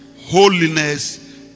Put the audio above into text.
holiness